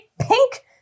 pink